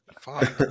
Fuck